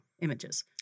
images